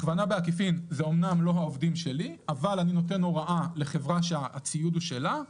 הכוונה בעקיפין זה שאני נותן הוראה לחברה שהציוד הוא שלה,